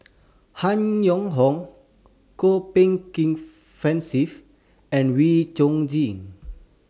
Han Yong Hong Kwok Peng Kin Francis and Wee Chong Jin